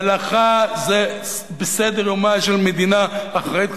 מלאכה זה בסדר-יומה של מדינה אחראית,